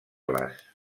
les